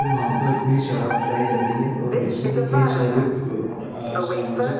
वहाँ पर भी शराब चढ़ाई जाती है और ऐसे ही कई सारे सामाजिक